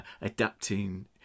adapting